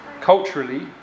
culturally